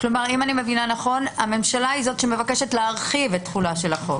כלומר הממשלה היא שמבקשת להרחיב תחולת החוק.